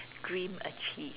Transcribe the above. dream achieved